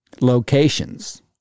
locations